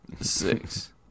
Six